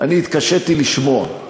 אני התקשיתי לשמוע.